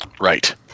Right